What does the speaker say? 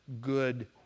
good